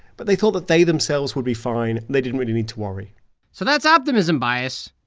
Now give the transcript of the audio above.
but they thought that they themselves would be fine. they didn't really need to worry so that's optimism bias.